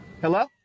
Hello